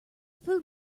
food